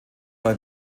bei